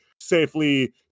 safely